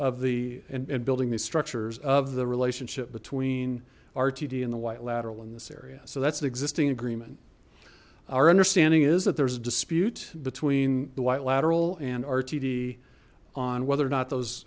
of the and building these structures of the relationship between rtd and the white lateral in this area so that's an existing agreement our understanding is that there's a dispute between the white lateral and rtd on whether or not those